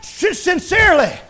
Sincerely